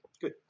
good